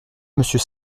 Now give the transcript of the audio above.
monsieur